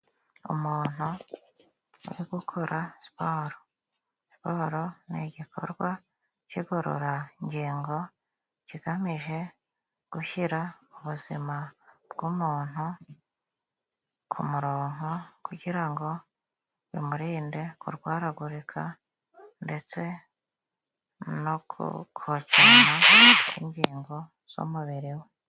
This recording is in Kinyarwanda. Umuntu ni gukora siporo, siporo n'igikorwa cy'igororangingo kigamije gushyira ubuzima bw''umuntu kumurongonko, kugira ngo bimurinde kurwaragurika, ndetse no ku kubacana ingingo z'umubiri we.